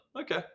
Okay